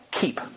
keep